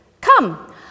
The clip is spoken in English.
Come